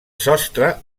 sostre